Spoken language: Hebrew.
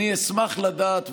אני אשמח לדעת,